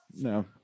No